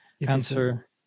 answer